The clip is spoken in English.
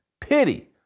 pity